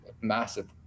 massive